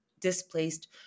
displaced